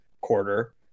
quarter